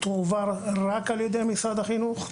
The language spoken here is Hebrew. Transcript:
תועבר רק על ידי משרד החינוך.